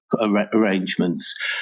arrangements